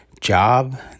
job